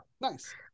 Nice